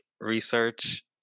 Research